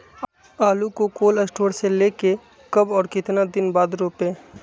आलु को cold store से ले के कब और कितना दिन बाद रोपे?